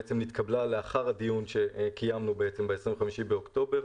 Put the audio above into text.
בעצם נתקבלה לאחר הדיון שקיימנו ב-25 באוקטובר,